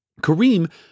Kareem